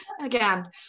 Again